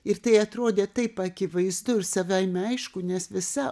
ir tai atrodė taip akivaizdu ir savaime aišku nes visa